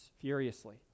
furiously